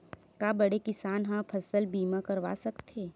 का बड़े किसान ह फसल बीमा करवा सकथे?